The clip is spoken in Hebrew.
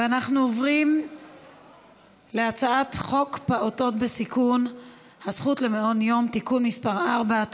אנחנו עוברים להצעת חוק פעוטות בסיכון (הזכות למעון יום) (תיקון מס' 4),